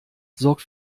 sorgt